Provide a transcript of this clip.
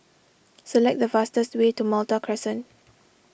select the fastest way to Malta Crescent